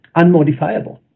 unmodifiable